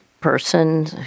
person